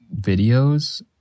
videos